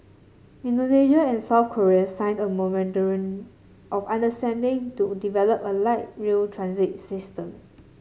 Indonesia and South Korea signed a of understanding to develop a light rail transit system